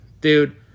Dude